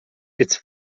its